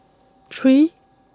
three